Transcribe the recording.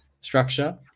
structure